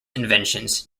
inventions